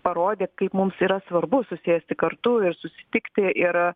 parodė kaip mums yra svarbu susėsti kartu ir susitikti ir